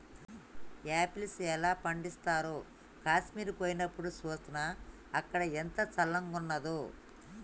apples ఎలా పండిస్తారో కాశ్మీర్ పోయినప్డు చూస్నా, అక్కడ ఎంత చల్లంగున్నాదో